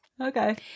Okay